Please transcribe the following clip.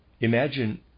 Imagine